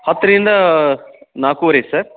ಹತ್ತರಿಂದ ನಾಲ್ಕುವರೆ ಸರ್